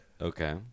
Okay